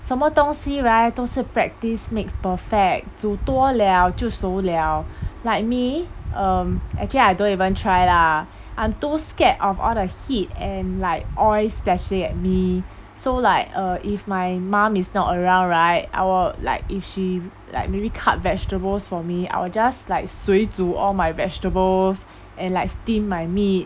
什么东西 right 都是 practice makes perfect 煮多了就熟了 like me (um)actually I don't even try lah I'm too scared of all the heat and like oil splashing at me so like uh if my mom is not around right I will like if she like maybe cut vegetables for me I will just like 水煮 all my vegetables and like steam my meat